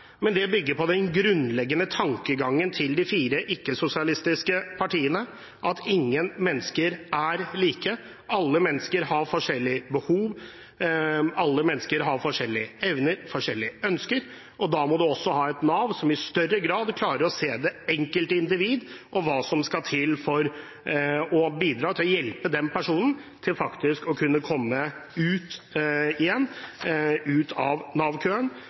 men det bygger på den grunnleggende tankegangen til de fire ikke-sosialistiske partiene om at ingen mennesker er like. Alle mennesker har forskjellige behov, alle mennesker har forskjellige evner, forskjellige ønsker. Da må vi også ha et Nav som i større grad klarer å se det enkelte individ, og hva som skal til for å bidra til å hjelpe en person til å kunne komme ut igjen – ut av